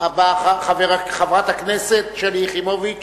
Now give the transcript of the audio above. חברת הכנסת שלי יחימוביץ